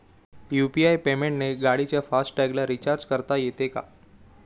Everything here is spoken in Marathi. यु.पी.आय पेमेंटने गाडीच्या फास्ट टॅगला रिर्चाज करता येते का?